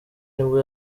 nibwo